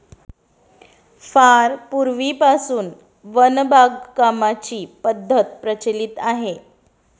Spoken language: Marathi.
फार पूर्वीपासून वन बागकामाची पद्धत प्रचलित आहे